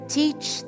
teach